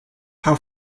how